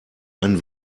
einen